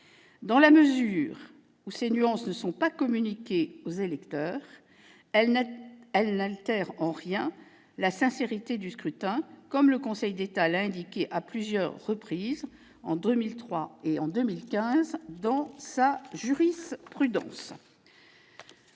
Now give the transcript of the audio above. Dans la mesure où ces nuances ne sont pas communiquées aux électeurs, elles n'altèrent en rien la sincérité du scrutin, comme le Conseil d'État l'a indiqué à plusieurs reprises, en 2003 et en 2015, dans sa jurisprudence.